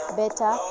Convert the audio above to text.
better